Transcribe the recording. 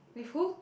with who